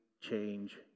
change